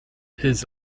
his